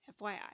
FYI